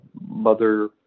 mother